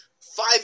five